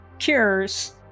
cures